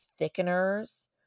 thickeners